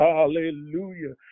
Hallelujah